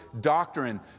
doctrine